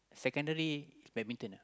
secondary badminton ah